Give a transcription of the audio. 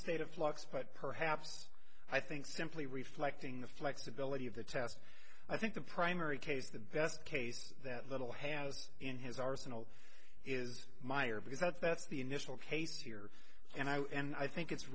state of flux but perhaps i think simply reflecting the flexibility of the test i think the primary case the best case that little has in his arsenal is meyer because that's the initial case here and i and i think it's